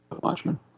Watchmen